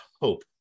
hope